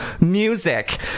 music